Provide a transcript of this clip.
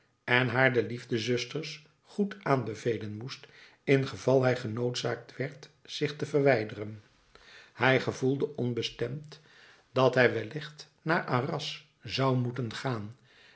en haar den liefdezusters goed aanbevelen moest ingeval hij genoodzaakt werd zich te verwijderen hij gevoelde onbestemd dat hij wellicht naar arras zou moeten gaan